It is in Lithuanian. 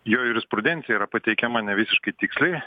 jo jurisprudencija yra pateikiama nevisiškai tiksliai